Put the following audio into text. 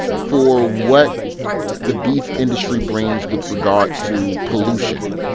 for what the beef industry brings with regard to pollution,